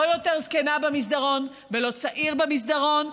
לא יותר זקנה במסדרון ולא צעיר במסדרון,